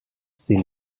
she